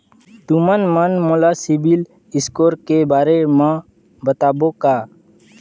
तुमन मन मोला सीबिल स्कोर के बारे म बताबो का?